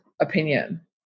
opinion